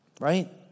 right